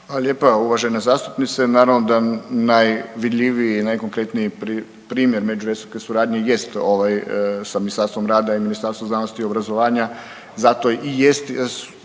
lijepa uvažena zastupnice. Naravno da najvidljiviji i najkonkretniji primjer međuresorne suradnje jest ovaj sa Ministarstvom rada i Ministarstvom znanosti i obrazovanja, zato i jest,